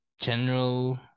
general